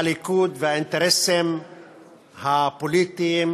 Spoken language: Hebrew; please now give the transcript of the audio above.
הליכוד, והאינטרסים הפוליטיים